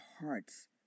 hearts